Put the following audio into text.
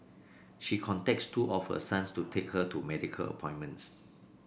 she contacts two of her sons to take her to medical appointments